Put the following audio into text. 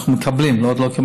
אנחנו מקבלים, עוד לא קיבלנו,